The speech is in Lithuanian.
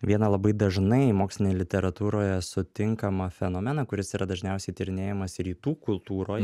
vieną labai dažnai mokslinėj literatūroje sutinkamą fenomeną kuris yra dažniausiai tyrinėjamas rytų kultūroj